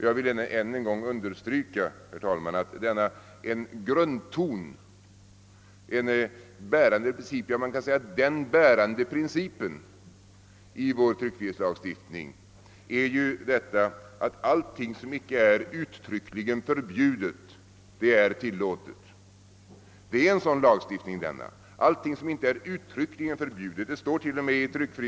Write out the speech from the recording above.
Jag vill än en gång understryka, herr talman, att en grundton, en bärande princip, ja, man kan säga den bärande pricipen i vår tryckfrihetslagstiftning är att allt som icke är uttryckligen förbjudet, det är tillåtet. Det står till och med i tryckfrihetsförordningen att allting som inte är uttryckligen förbjudet i tydlig lag är tillåtet.